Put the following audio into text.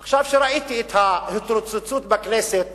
עכשיו, ראיתי את ההתרוצצות בכנסת